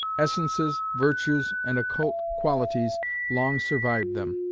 essences, virtues, and occult qualities long survived them,